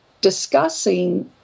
discussing